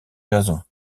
jason